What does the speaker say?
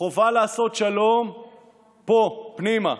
חובה לעשות שלום פה, פנימה.